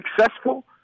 successful